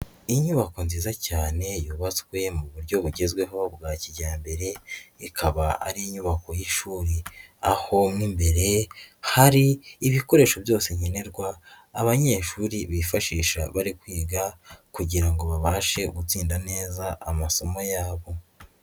Inyubako nziza cyane yubatswe mu buryo bugezweho bwa kijyambere ikaba ari inyubako y'ishuri, aho mu imbere hari ibikoresho byose nkenerwa abanyeshuri bifashisha bari kwiga kugira ngo babashe gutsinda neza amasomo yabo.